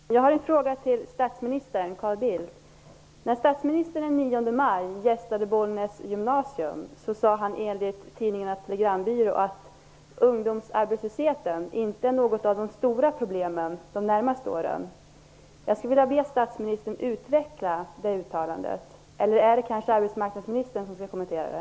Fru talman! Jag har en fråga till statsminister Carl Bildt. När statsministern den 9 maj gästade Bollnäs gymnasium sade han enligt Tidningarnas telegrambyrå att ungdomsarbetslösheten inte är något av de stora problemen de närmaste åren. Jag skulle vilja be statsministern utveckla det uttalandet -- eller är det kanske arbetsmarknadsministern som skall kommentera det?